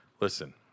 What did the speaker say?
Listen